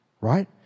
right